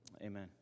Amen